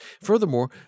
Furthermore